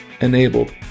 Enabled